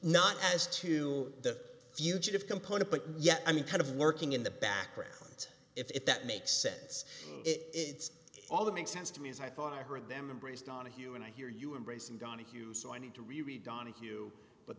not as to the fugitive component but yeah i mean kind of working in the background if that makes sense it's all that makes sense to me as i thought i heard them embrace donahue and i hear you embracing donahue so i need to reread donahue but